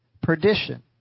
perdition